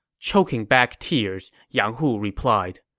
choking back tears, yang hu replied,